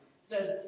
says